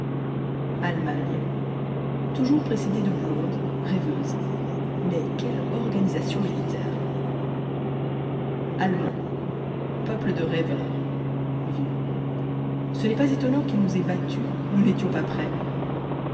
allemagne toujours précédé de blonde rêveuse mais quelle organisation militaire allemands peuple de rêveurs vieux ce n'est pas étonnant qu'ils nous aient battus nous n'étions pas prêts